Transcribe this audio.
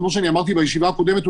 כמו שאמרתי בישיבה הקודמת,